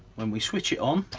when we switch it on